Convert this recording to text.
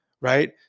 right